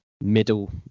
middle